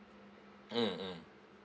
mm mm